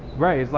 right, like